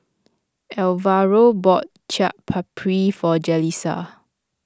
Alvaro bought Chaat Papri for Jalissa